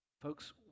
Folks